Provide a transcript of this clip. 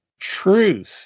truth